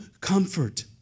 comfort